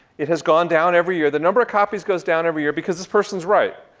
it had gone down every year. the number of copies goes down every year because this person's right.